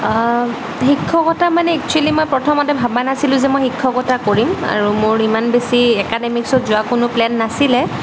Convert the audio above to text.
শিক্ষকতা মানে এক্সুৱেলি মই প্ৰথমতে ভৱা নাছিলোঁ যে শিক্ষকতা কৰিম আৰু মোৰ ইমান বেছি একাডেমীকছত যোৱা কোনো প্লেন নাছিলে